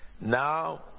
Now